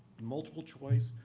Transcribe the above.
multiple choice.